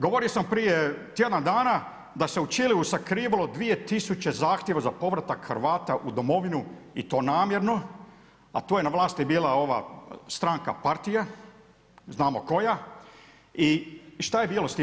Govorio sam prije tjedan dana da se u Čileu sakrivalo 2 000 zahtjeva za povratak Hrvata u domovinu i to namjerno a to je na vlasti bila ova stranka partije, znamo koja i šta je bilo s tim?